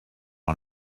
one